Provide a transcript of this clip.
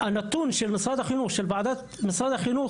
הנתון של וועדת משרד החינוך,